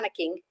panicking